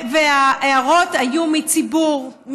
וההערות היו מציבור,